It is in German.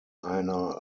einer